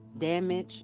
damage